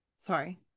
sorry